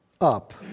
up